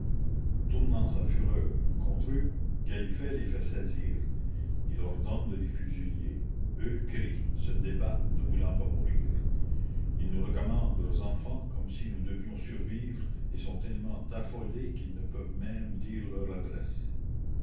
tournant sa fureur contre eux gallifet les fait saisir il ordonne de les fusiller eux crient se débattent ne voulant pas la commune mourir ils nous recommandent leurs enfants comme si nous devions survivre et sont tellement affolés qu'ils ne peuvent même dire leur adresse